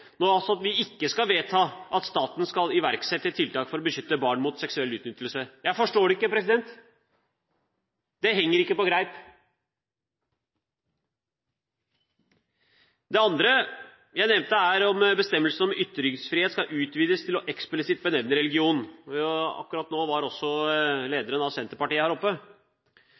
at vi ikke skal vedta at staten skal iverksette tiltak for å beskytte barn mot seksuell utnyttelse? Jeg forstår det ikke. Det henger ikke på greip. Det andre jeg nevnte, var om bestemmelsen om ytringsfrihet skal utvides til eksplisitt å nevne religion. Akkurat nå var lederen av Senterpartiet her oppe.